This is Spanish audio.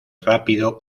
rápido